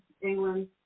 England